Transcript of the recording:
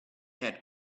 had